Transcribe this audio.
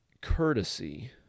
Courtesy